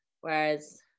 Whereas